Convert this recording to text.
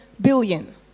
billion